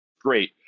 great